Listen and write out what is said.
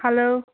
hello